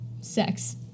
sex